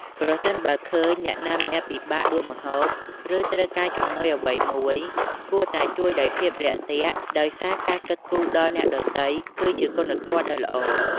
ប្រសិនបើឃើញអ្នកណាម្នាក់ពិបាកដួសម្ហូប ឬត្រូវការជំនួយអ្វីមួយ គួរតែជួយដោយភាពរាក់ទាក់ដោយសារ ការគិតគូរដល់អ្នកដទៃគឺជាគុណធម៌ដ៏ល្អ។